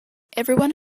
everyone